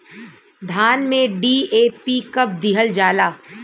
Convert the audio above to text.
धान में डी.ए.पी कब दिहल जाला?